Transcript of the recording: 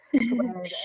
swear